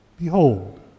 Behold